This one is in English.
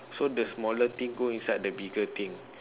so the smaller thing go inside the bigger thing